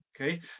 Okay